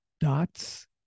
dots